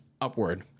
upward